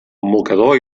mocador